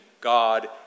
God